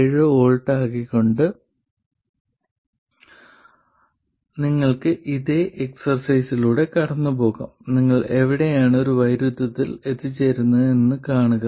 7 volt ആക്കിക്കൊണ്ട് നിങ്ങൾക്ക് ഇതേ എക്സസൈസിലൂടെ കടന്നുപോകാം നിങ്ങൾ എവിടെയാണ് ഒരു വൈരുദ്ധ്യത്തിൽ എത്തിച്ചേരുന്നതെന്ന് കാണുക